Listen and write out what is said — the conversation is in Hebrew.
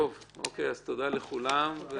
תודה לכולם.